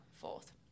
fourth